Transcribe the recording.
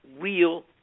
real